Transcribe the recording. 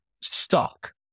stuck